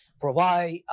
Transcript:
provide